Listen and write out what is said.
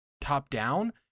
top-down